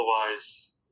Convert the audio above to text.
Otherwise